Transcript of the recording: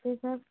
नमस्ते सर